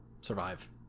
Survive